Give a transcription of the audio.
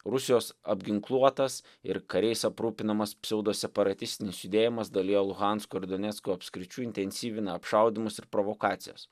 rusijos apginkluotas ir kariais aprūpinamas pseudoseparatistinis judėjimas dalyje luhansko ir donecko apskričių intensyvina apšaudymus ir provokacijas